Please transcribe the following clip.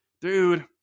Dude